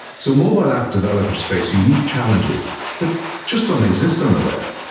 so mobile app developers face unique challenges that just don't exist on the web.